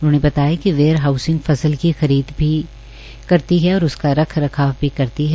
उन्होंने कहा कि वेयर हाउसिंग फसल की खरीद भी करती है और उसका रख रखाव भी करती है